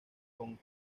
con